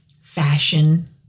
fashion